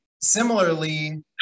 similarly